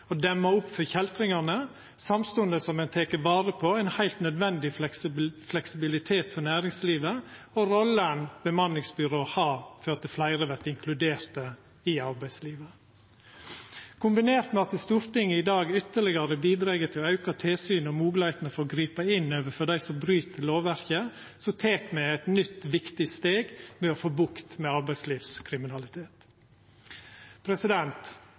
å demma opp for kjeltringane, samstundes som ein tek vare på ein heilt nødvendig fleksibilitet for næringslivet og rolla eit bemanningsbyrå har for at fleire vert inkluderte i arbeidslivet. Kombinert med at Stortinget i dag ytterlegare bidreg til å auka tilsynet og moglegheitene for å gripa inn overfor dei som bryt lovverket, tek me eit nytt viktig steg for å bukt med